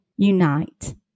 unite